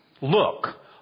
Look